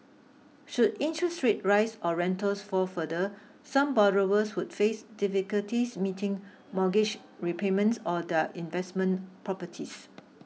should interest rates rise or rentals fall further some borrowers could face difficulties meeting mortgage repayments or their investment properties